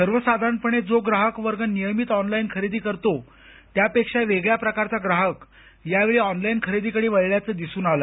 सर्वसाधारणपणे जो ग्राहक वर्ग नियमित ऑनलाईन खरेदी करतो त्यापेक्षा वेगळ्या प्रकारचा ग्राहक यावेळी ऑनलाईन खरेदीकडे वळल्याचं दिसून आलं